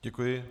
Děkuji.